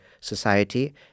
society